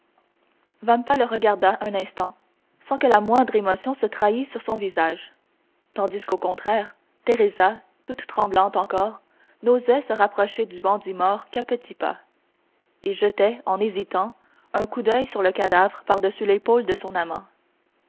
vampa le regarda un instant sans que la moindre émotion se trahît sur son visage tandis qu'au contraire teresa toute tremblante encore n'osait se rapprocher du bandit mort qu'à petits pas et jetait en hésitant un coup d'oeil sur le cadavre par-dessus l'épaule de son amant